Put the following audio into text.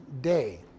day